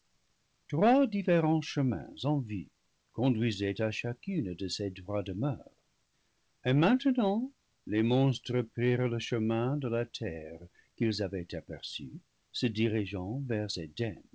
trois différents chemins en vue conduisaient à chacune de ces trois demeures et maintenant les monstres prirent le chemin de la terre qu'ils avaient aperçue se dirigeant vers